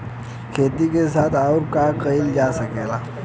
खेती के साथ अउर का कइल जा सकेला?